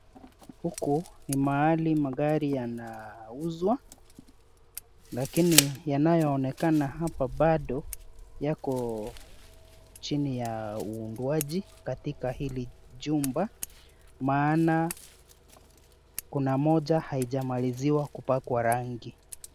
Huku ni mahali magari yanauzwa lakini yanayoonekana hapa bado yako chini ya uundwaji katika hili jumba, maana kuna moja haijamaliziwa kupakwa rangi.